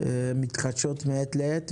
מתחדשות מעת לעת,